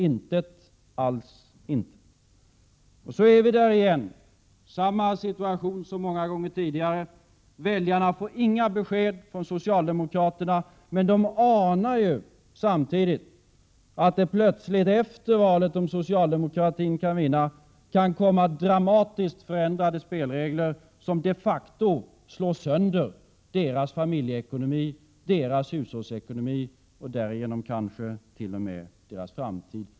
Inget alls! Vi befinner oss nu återigen i samma situation som så många gånger förr. Väljarna får inga besked från socialdemokraterna. Samtidigt anar väljarna att det plötsligt efter valet — om socialdemokraterna kan vinna — kan komma dramatiskt förändrade spelregler, som de facto slår sönder deras familjeekonomi, deras hushållsekonomi och därigenom kanske t.o.m. deras framtid.